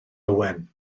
owen